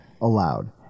allowed